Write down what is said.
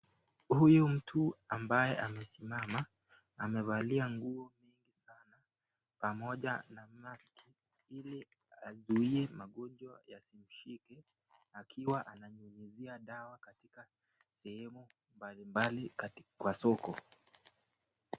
Huyu mtu ambaye amesimama, amevalia nguo mingi sana pamoja na maski ili azuie magonjwa yasimshike akiwa ananyunyuzia dawa katika sehemu mbali mbali kwa soko.